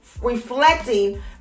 reflecting